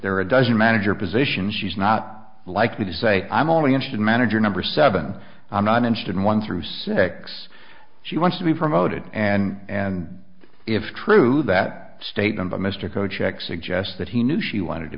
are a dozen manager positions she's not likely to say i'm only interested manager number seven i'm not interested in one through six she wants to be promoted and if true that statement by mr coe check suggests that he knew she wanted to